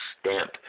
Stamp